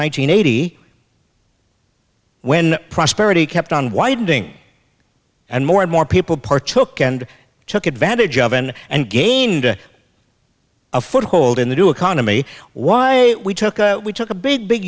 hundred eighty when prosperity kept on widening and more and more people part and took advantage of n and gained a foothold in the new economy why we took a we took a big big